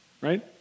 right